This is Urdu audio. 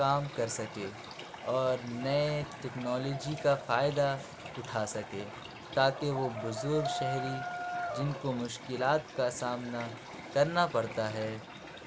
کام کر سکے اور نئے ٹکنالوجی کا فائدہ اُٹھا سکے تاکہ وہ بزرگ شہری جن کو مشکلات کا سامنا کرنا پڑتا ہے